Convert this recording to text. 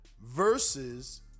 versus